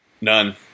none